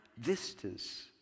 distance